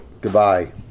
Goodbye